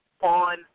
on